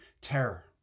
terror